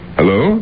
Hello